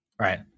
Right